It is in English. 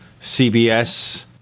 CBS